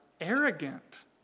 arrogant